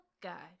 guy